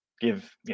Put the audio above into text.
give